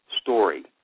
story